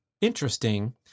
interesting